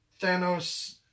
Thanos